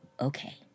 Okay